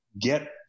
get